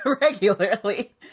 Regularly